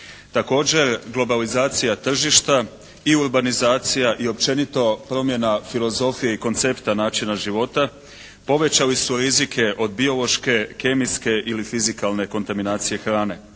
Također globalizacija tržišta i urbanizacija i općenito promjena filozofije i koncepta načina života povećali su rizike od biološke, kemijske ili fizikalne kontaminacije hrane.